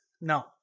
no